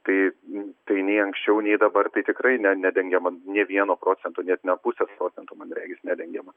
kai į tai nei anksčiau nei dabar tai tikrai ne nedengiama nei vieno procento net ne pusės procento regis nedengiama